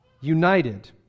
United